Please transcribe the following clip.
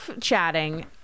chatting